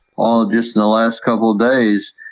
all just in the last couple of days,